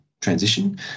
transition